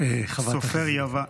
סופר ימיו".